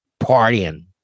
partying